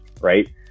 right